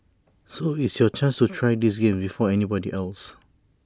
so it's your chance to try these games before anybody else